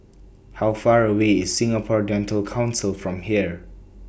How Far away IS Singapore Dental Council from here